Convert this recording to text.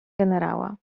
generała